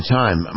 time